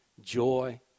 joy